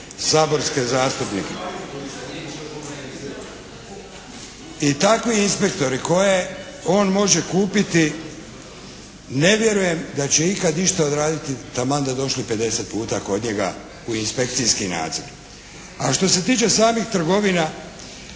"saborske zastupnike". I takvi inspektori koje on može kupiti ne vjerujem da će ikad išta odraditi taman da došli 50 puta kod njega u inspekcijski nadzor. A što se tiče samih trgovina,